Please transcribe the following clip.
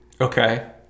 Okay